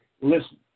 Listen